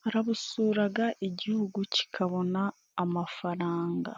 Barabusuraga igihugu kikabona amafaranga.